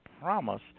promise